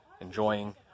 Enjoying